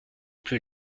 plus